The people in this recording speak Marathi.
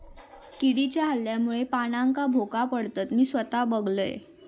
किडीच्या हल्ल्यामुळे पानांका भोका पडतत, मी स्वता बघलंय